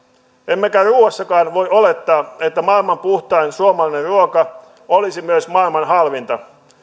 emmekä ruuassakaan voi olettaa että maailman puhtain suomalainen ruoka olisi myös maailman halvinta